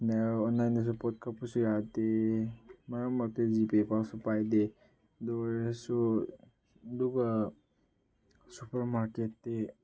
ꯑꯣꯟꯂꯥꯏꯟꯗꯁꯨ ꯄꯣꯠ ꯀꯛꯄꯁꯨ ꯌꯥꯗꯦ ꯃꯔꯛ ꯃꯔꯛꯇ ꯖꯤ ꯄꯦ ꯐꯥꯎꯁꯨ ꯄꯥꯏꯗꯦ ꯑꯗꯨ ꯑꯣꯏꯔꯁꯨ ꯑꯗꯨꯒ ꯁꯨꯄꯔ ꯃꯥꯔꯀꯦꯠꯇꯤ